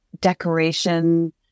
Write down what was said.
decoration